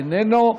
איננו.